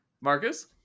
Marcus